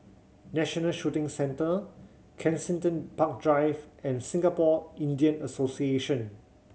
National Shooting Centre Kensington Park Drive and Singapore Indian Association